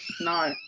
No